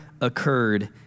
occurred